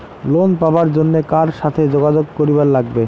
Loan পাবার জন্যে কার সাথে যোগাযোগ করিবার লাগবে?